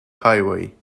highway